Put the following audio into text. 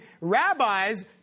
rabbis